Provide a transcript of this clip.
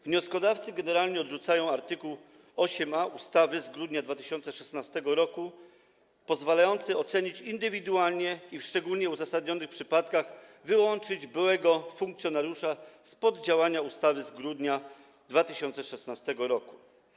Wnioskodawcy generalnie odrzucają art. 8a ustawy z grudnia 2016 r., pozwalający ocenić to indywidualnie i w szczególnie uzasadnionych przypadkach wyłączyć byłego funkcjonariusza spod działania ustawy z grudnia 2016 r.